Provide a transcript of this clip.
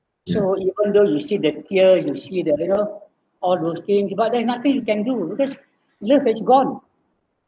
so even though you see that fear you see the you know all those thing but there's nothing you can do because love has gone